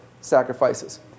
sacrifices